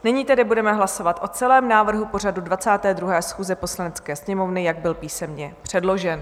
Nyní tedy budeme hlasovat o celém návrhu pořadu 22. schůze Poslanecké sněmovny, jak byl písemně předložen.